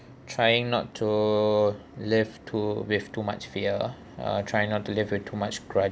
trying not to live to with too much fear uh try not to live with too much grudges